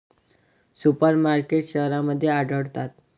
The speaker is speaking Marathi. सुपर मार्केटस शहरांमध्ये आढळतात